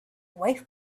wife